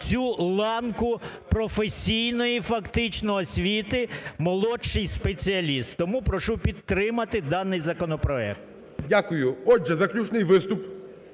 цю ланку професійної фактично освіти: "молодший спеціаліст". Тому прошу підтримати даний законопроект. ГОЛОВУЮЧИЙ. Дякую. Отже, заключний виступ